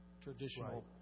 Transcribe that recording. traditional